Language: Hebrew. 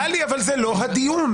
טלי, זה לא הדיון.